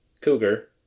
cougar